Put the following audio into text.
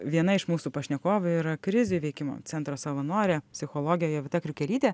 viena iš mūsų pašnekovių yra krizių įveikimo centro savanorė psichologė jovita kriukelytė